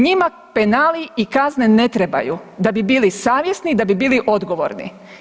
Njima penali i kazne ne trebaju da bi bili savjesni i da bi bili odgovorni.